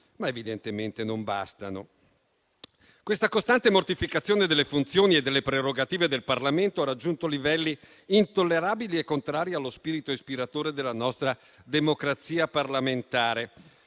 ma evidentemente non bastano. Questa costante mortificazione delle funzioni e delle prerogative del Parlamento ha raggiunto livelli intollerabili e contrari allo spirito ispiratore della nostra democrazia parlamentare.